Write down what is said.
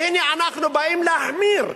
והנה, אנחנו באים להחמיר.